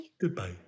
Goodbye